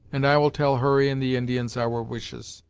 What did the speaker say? and i will tell hurry and the indians our wishes.